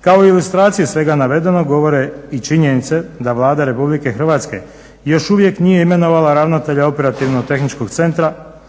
Kao ilustracije svega navedenog govore i činjenice da Vlada RH još uvijek nije imenovala ravnatelja OTC-a nije donijela